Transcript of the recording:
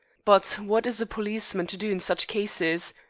but what is a policeman to do in such cases?